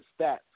stats